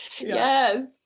Yes